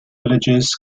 villagers